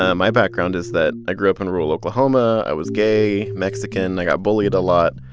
ah my background is that i grew up in rural oklahoma. i was gay, mexican. i got bullied a lot.